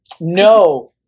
no